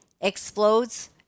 explodes